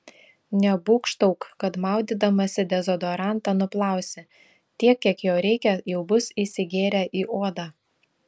nebūgštauk kad maudydamasi dezodorantą nuplausi tiek kiek jo reikia jau bus įsigėrę į odą